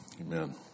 Amen